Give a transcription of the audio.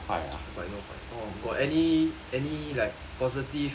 五百多块哦 got any any like positive